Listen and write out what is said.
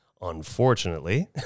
Unfortunately